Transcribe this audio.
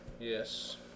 Yes